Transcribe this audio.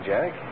Jack